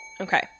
Okay